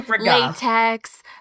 latex